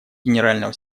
генерального